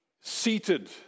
seated